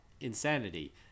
insanity